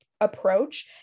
approach